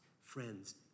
Friends